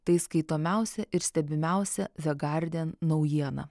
tai skaitomiausia ir stebimiausia the guardian naujiena